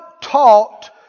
taught